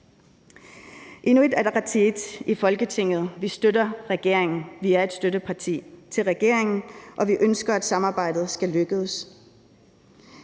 Inuit Ataqatigiit i Folketinget støtter regeringen, vi er støtteparti til regeringen, og vi ønsker, at samarbejdet skal lykkes.